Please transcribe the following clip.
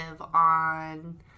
on